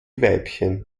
weibchen